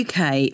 UK